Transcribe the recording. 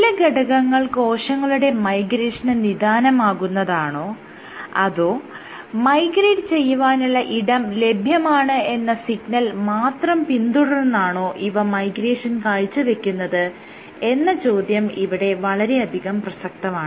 ചില ഘടകങ്ങൾ കോശങ്ങളുടെ മൈഗ്രേഷന് നിദാനമാകുന്നതാണോ അതോ മൈഗ്രേറ്റ് ചെയ്യുവാനുള്ള ഇടം ലഭ്യമാണ് എന്ന സിഗ്നൽ മാത്രം പിന്തുടർന്നാണോ ഇവ മൈഗ്രേഷൻ കാഴ്ചവെക്കുന്നത് എന്ന ചോദ്യം ഇവിടെ വളരെയധികം പ്രസക്തമാണ്